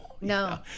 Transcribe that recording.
No